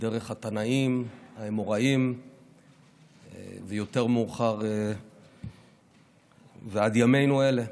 דרך התנאים, האמוראים ויותר מאוחר ועד ימינו אלה.